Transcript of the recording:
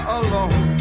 alone